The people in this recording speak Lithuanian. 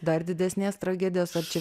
dar didesnės tragedijos ar čia